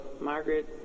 Margaret